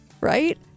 right